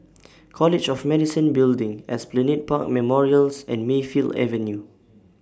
College of Medicine Building Esplanade Park Memorials and Mayfield Avenue